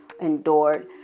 endured